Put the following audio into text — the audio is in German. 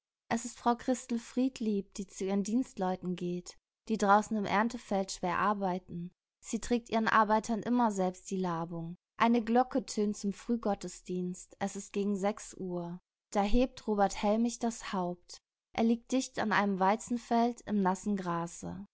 es ist frau christel friedlieb die zu ihren dienstleuten geht die draußen im erntefeld schwer arbeiten sie trägt ihren arbeitern immer selbst die labung eine glocke tönt zum frühgottesdienst es ist gegen sechs uhr da hebt robert hellmich das haupt er liegt dicht an einem weizenfeld im nassen grase